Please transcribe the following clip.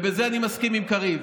ובזה אני מסכים עם קריב,